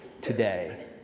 today